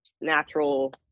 natural